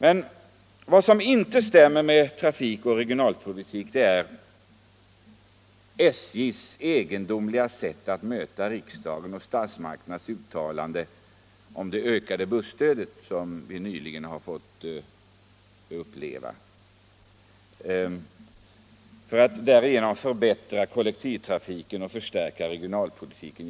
Men vad som inte stämmer med trafikoch regionalpolitik är SJ:s egendomliga sätt, som vi nyligen har fått uppleva, att reagera på riks dagens uttalande om ett ökat busstöd för att därigenom förbättra kollektivtrafiken och förstärka regionalpolitiken.